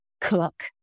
cook